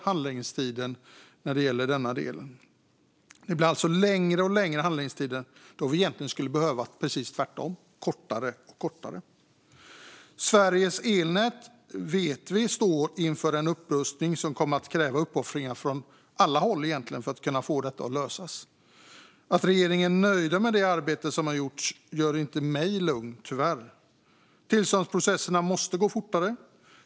Handläggningstiden ökar alltså i denna del. Det blir längre och längre handläggningstider när vi egentligen precis tvärtom skulle behöva kortare och kortare. Sveriges elnät vet vi står inför en upprustning som kommer att kräva uppoffringar från alla håll för att detta ska kunna lösas. Att regeringen är nöjd med det arbete som gjorts gör inte mig lugn, tyvärr. Tillståndsprocesserna måste gå fortare.